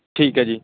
ਠੀਕ ਹੈ ਜੀ